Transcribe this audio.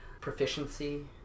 proficiency